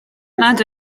nad